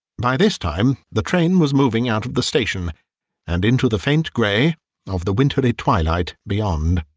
by this time the train was moving out of the station and into the faint gray of the wintry twilight beyond.